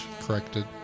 Corrected